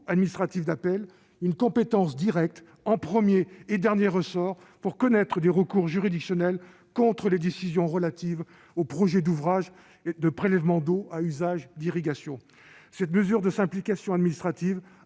administratives d'appel une compétence directe, en premier et dernier ressort, pour connaître des recours juridictionnels contre les décisions relatives aux projets d'ouvrages de prélèvement d'eau à usage d'irrigation. Cette mesure de simplification administrative,